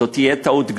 זו תהיה טעות גדולה.